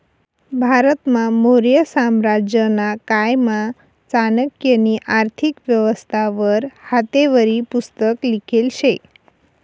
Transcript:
भारतमा मौर्य साम्राज्यना कायमा चाणक्यनी आर्थिक व्यवस्था वर हातेवरी पुस्तक लिखेल शे